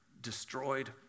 destroyed